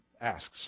asks